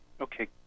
Okay